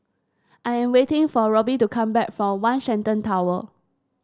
I am waiting for Robbie to come back from One Shenton Tower